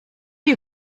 you